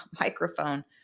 microphone